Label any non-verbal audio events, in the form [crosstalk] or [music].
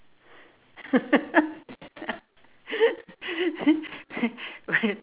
[laughs]